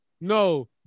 no